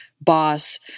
boss